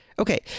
Okay